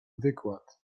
wykład